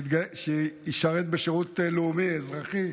שישרת בשירות לאומי-אזרחי,